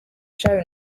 shown